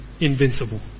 invincible